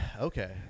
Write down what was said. okay